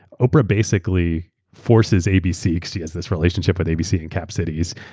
oprah basically forces abc because she has this relationship with abc and cap cities.